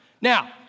Now